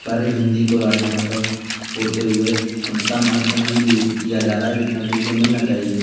पर हिन्दी को राज्य भाषा होते हुए उतना महत्व नहीं दी दिया जा रहा है जितना कि उसे मिलना चाहिए